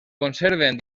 conserven